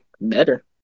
Better